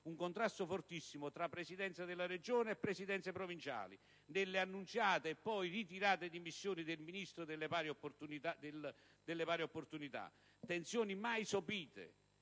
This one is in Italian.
un contrasto fortissimo tra Presidenza della Regione e Presidenze provinciali, nelle annunciate e poi ritirate dimissioni del Ministro delle pari opportunità. Tensioni mai sopite,